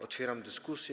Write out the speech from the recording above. Otwieram dyskusję.